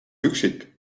üksik